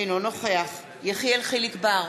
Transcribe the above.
אינו נוכח יחיאל חיליק בר,